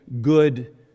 good